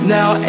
Now